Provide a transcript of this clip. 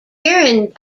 hearing